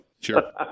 Sure